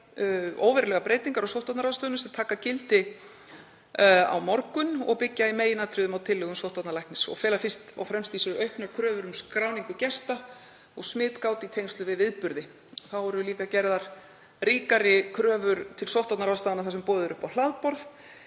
kynntar óverulegar breytingar á sóttvarnaráðstöfunum sem taka gildi á morgun og byggja í meginatriðum á tillögum sóttvarnalæknis og fela fyrst og fremst í sér auknar kröfur um skráningu gesta og smitgát í tengslum við viðburði. Þá eru líka gerðar ríkari kröfur til sóttvarnaráðstafana þar sem boðið er upp á hlaðborð.